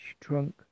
trunk